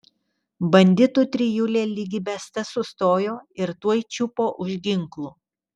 banditų trijulė lyg įbesta sustojo ir tuoj čiupo už ginklų